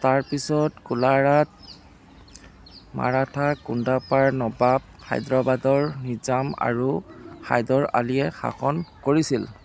তাৰপিছত কোলাৰত মাৰাঠা কুদ্দাপাৰ নবাব হায়দৰাবাদৰ নিজাম আৰু হায়দৰ আলীয়ে শাসন কৰিছিল